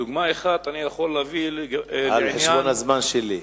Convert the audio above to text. דוגמה אחת אני יכול להביא, על חשבון הזמן שלי.